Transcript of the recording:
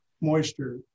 moisture